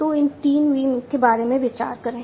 तो इन 3 V के बारे में विचार करें